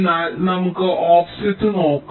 എന്നാൽ നമുക്ക് ഓഫ്സെറ്റ് നോക്കാം